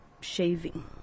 shaving